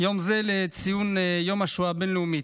יום זה לציון יום השואה הבין-לאומי